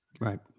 Right